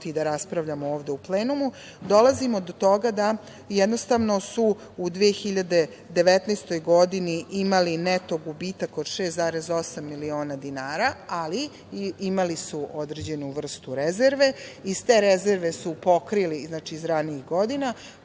i da raspravljamo ovde u plenumu, dolazimo do toga da jednostavno su u 2019. godini imali neto gubitak od 6,8 miliona dinara, ali imali su određenu vrstu rezerve. Iz te rezerve su pokrili, iz ranijih godina,